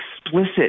explicit